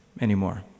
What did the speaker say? anymore